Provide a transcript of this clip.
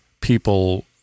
people